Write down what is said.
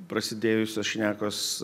prasidėjusios šnekos